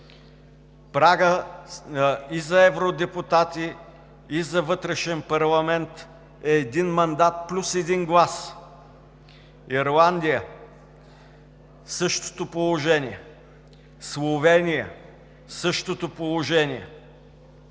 прагът и за евродепутати, и за вътрешен парламент е един мандат плюс един глас. Ирландия – същото положение. Словения – същото положение.